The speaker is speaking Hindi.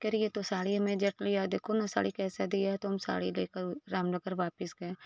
कि अरे ये तो साड़ी में जट लिया देखो ना साड़ी कैसे दिया तो हम साड़ी लेकर रामनगर वापिस गए